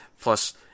plus